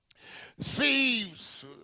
Thieves